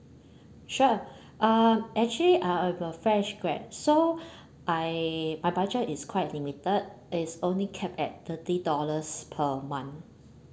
sure uh actually I am a fresh grad so my my budget is quite limited it's only capped at thirty dollars per month